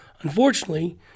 Unfortunately